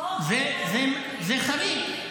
--- זה חריג.